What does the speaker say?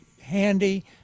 handy